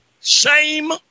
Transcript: shame